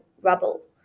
rubble